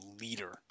leader